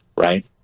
right